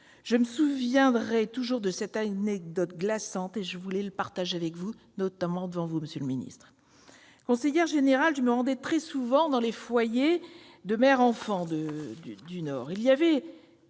Je me souviendrai toujours de cette anecdote glaçante, et je souhaitais la partager avec le Sénat et avec vous, monsieur le secrétaire d'État. Conseillère générale, je me rendais très souvent dans les foyers de mères enfants du Nord.